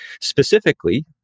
Specifically